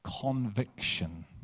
conviction